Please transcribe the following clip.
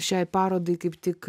šiai parodai kaip tik